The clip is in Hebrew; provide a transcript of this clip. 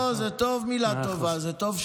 לא, מילה טובה זה טוב.